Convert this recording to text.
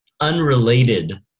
unrelated